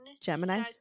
Gemini